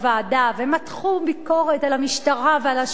ומתחו ביקורת על המשטרה ועל השב"כ,